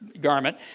garment